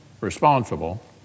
responsible